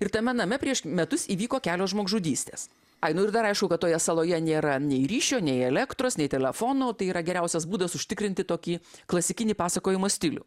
ir tame name prieš metus įvyko kelios žmogžudystės ai nu ir dar aišku kad toje saloje nėra nei ryšio nei elektros nei telefono tai yra geriausias būdas užtikrinti tokį klasikinį pasakojimo stilių